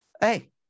hey